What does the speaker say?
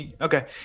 okay